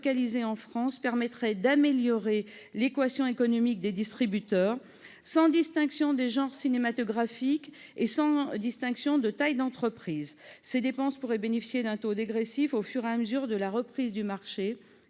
en France permettrait d'améliorer l'équation économique des distributeurs, sans distinction de genres cinématographiques et de taille d'entreprises. Ces dépenses pourraient bénéficier d'un taux dégressif au fur et à mesure de la reprise du marché